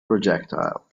projectile